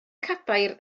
cadair